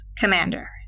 Commander